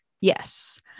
Yes